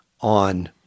on